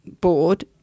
board